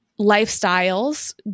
lifestyles